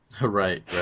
Right